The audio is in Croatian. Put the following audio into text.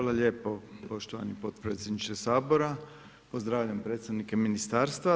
Hvala lijepo poštovani potpredsjedniče Sabora, pozdravljam predstavnike ministarstva.